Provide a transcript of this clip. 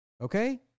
Okay